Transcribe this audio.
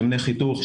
שמני חיתוך,